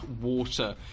water